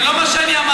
זה לא מה שאמרתי.